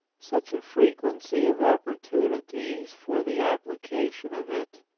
such a frequency of oppor tunities for the application of it,